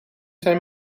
zijn